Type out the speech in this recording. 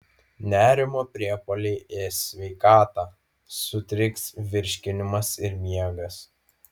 nerimo priepuoliai ės sveikatą sutriks virškinimas ir miegas